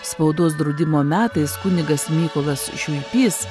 spaudos draudimo metais kunigas mykolas švilpys